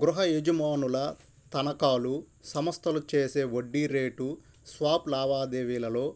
గృహయజమానుల తనఖాలు, సంస్థలు చేసే వడ్డీ రేటు స్వాప్ లావాదేవీలలో